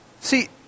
See